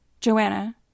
Joanna